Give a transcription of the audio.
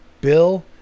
Bill